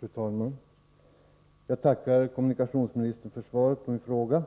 Fru talman! Jag tackar kommunikationsministern för svaret på min fråga